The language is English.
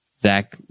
Zach